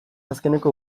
azkeneko